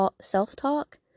self-talk